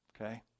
Okay